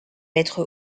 lettre